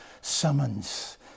summons